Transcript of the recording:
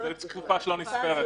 זו התקופה שלא נספרת בכלל.